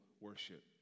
worship